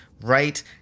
right